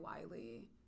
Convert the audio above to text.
Wiley